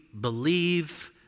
believe